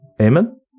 Amen